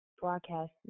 broadcast